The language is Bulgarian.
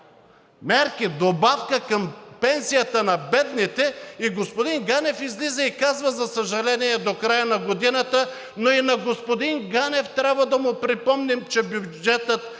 мерки добавка към пенсията на бедните и господин Ганев излиза и казва: за съжаление е до края на годината. Но и на господин Ганев трябва да му припомним, че бюджетът